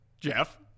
Jeff